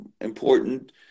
important